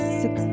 six